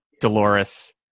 dolores